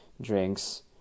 drinks